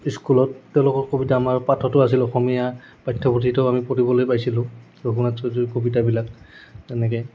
স্কুলত তেওঁলোকৰ কবিতা আমাৰ পাঠটো আছিল অসমীয়া পাঠ্যপুথিতো আমি পঢ়িবলৈ পাইছিলোঁ ৰঘুনাথ চৌধুৰীৰ কবিতাবিলাক তেনেকে